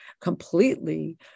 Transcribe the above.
completely